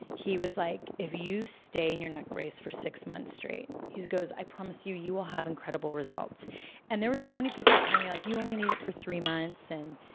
he was like, if you stay in your neck brace for six months straight, he goes, i promise you, you will have incredible results and there were so many people telling me like, you only need it for three months, and,